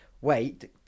wait